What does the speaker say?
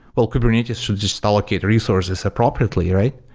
well, kubernetes should just allocate resources appropriately, right?